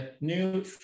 new